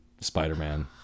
Spider-Man